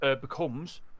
becomes